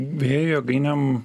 vėjo jėgainėm